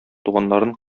туганнарын